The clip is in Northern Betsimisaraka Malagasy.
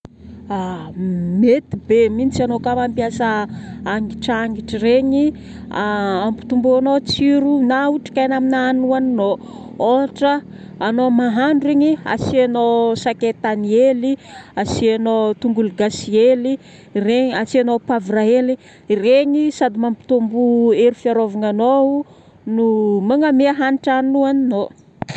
Mety be mihitsy ano koa mampiasa hangitrangitry regny, hampitombanao tsiro na otrikaina amina hanigny hohanignao. Ôhatra, ano mahandro igny, asiagnao sakaitany hely, asiagnao tongolo gasy hely. Regny- asiagnao poivre hely. Iregny sady mampitombo hery fiarovananao no magname hagnitry hanigna hohanignao.